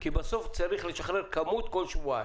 כי בסוף צריך לשחרר כמות כל שבועיים.